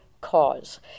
cause